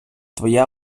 твоя